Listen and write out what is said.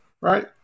right